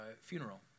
funeral